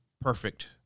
perfect